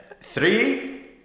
Three